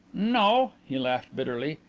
no. he laughed bitterly.